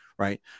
Right